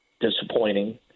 disappointing